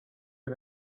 für